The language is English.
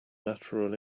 natural